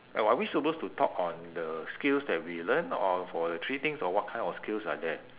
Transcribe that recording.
oh are we suppose to talk on the skills that we learn or for the three things or what kind of skills are there